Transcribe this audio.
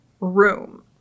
room